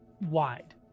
wide